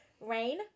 rain